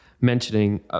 mentioning